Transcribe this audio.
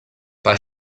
bei